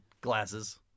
glasses